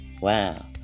Wow